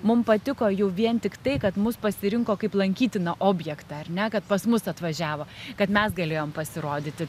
mum patiko jau vien tik tai kad mus pasirinko kaip lankytiną objektą ar ne kad pas mus atvažiavo kad mes galėjom pasirodyti